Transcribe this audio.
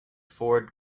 ford